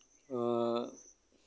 ᱮᱫ